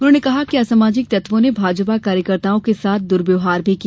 उन्होंने कहा कि असामाजिक तत्यों ने भाजपा कार्यकर्ताओं के साथ द्वर्व्यवहार भी किया